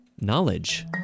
knowledge